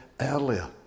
earlier